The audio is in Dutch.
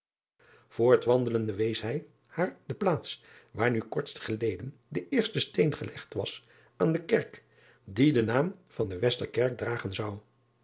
oortwandelende wees hij haar de plaats waar nu korts geleden de eerste steen gelegd was aan de kerk die den naam van de esterkerk dragen zou